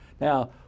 Now